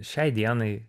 šiai dienai